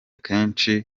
kenshi